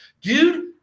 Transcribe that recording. Dude